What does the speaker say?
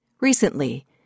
Recently